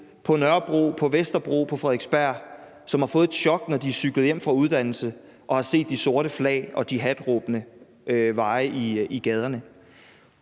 på Nørrebro, på Vesterbro og på Frederiksberg, som har fået et chok, når de er cyklet hjem fra uddannelse og har set de sorte flag vaje og har hørt jihadråbene i gaderne.